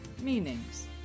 meanings